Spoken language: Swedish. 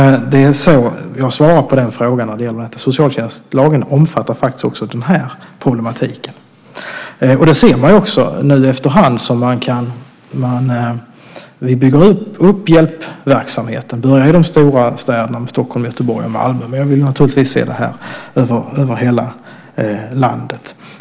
Jag har svarat på frågan att socialtjänstlagen faktiskt också omfattar denna problematik. Efter hand bygger vi upp hjälpverksamheten och börjar i de stora städerna Stockholm, Göteborg och Malmö. Men vi vill naturligtvis se detta över hela landet.